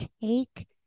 take